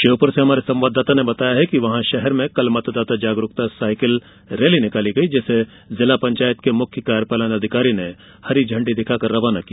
श्योपुर से हमारे संवाददाता ने बताया है कि शहर में कल मतदाता जागरूकता साइकिल रैली निकाली गई जिसे जिला पंचायत के मुख्य कार्यपालन अधिकारी ने हरी झंडी दिखाकर रवाना किया